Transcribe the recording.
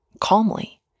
calmly